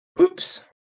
Oops